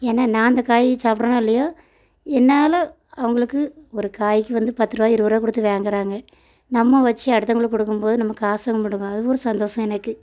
ஏன்னா நான் அந்த காயை சாப்பிட்றேனோ இல்லையோ என்னால் அவங்களுக்கு ஒரு காய்க்கு வந்து பத்து ரூபா இருபது ரூபா கொடுத்து வாங்குறாங்க நம்ம வைச்சி அடுத்தவங்களுக்கு கொடுக்கும்போது நம்ம காசு வாங்க மாட்டோங்கும் அது ஒரு சந்தோஷம் எனக்கு